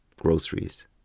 groceries